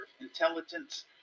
Intelligence